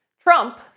Trump